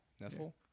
Nestle